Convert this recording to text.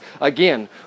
Again